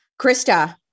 Krista